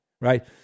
right